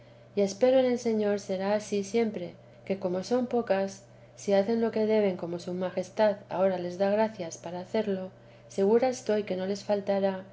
y espero en el señor será ansí siempre que como son pocas si hacen lo que deben como su majestad ahora les da gracia para hacerlo segura estoy que no les faltará